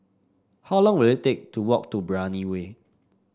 how long will it take to walk to Brani Way